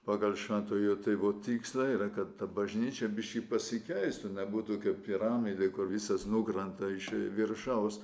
pagal šventojo tėvo tikslą yra kad ta bažnyčia biški pasikeistų nebūtų kaip piramidė kur visas nukrenta iš viršaus